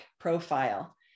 profile